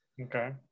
Okay